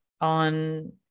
on